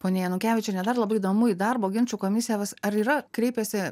ponia janukevičiene dar labai įdomu į darbo ginčų komisijas ar yra kreipęsi